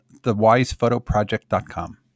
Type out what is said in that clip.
thewisephotoproject.com